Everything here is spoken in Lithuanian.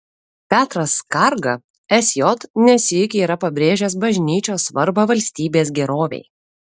petras skarga sj ne sykį yra pabrėžęs bažnyčios svarbą valstybės gerovei